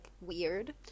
weird